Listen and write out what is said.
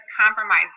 compromise